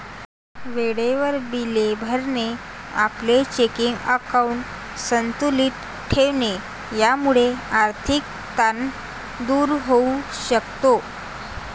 वेळेवर बिले भरणे, आपले चेकिंग अकाउंट संतुलित ठेवणे यामुळे आर्थिक ताण दूर होऊ शकतो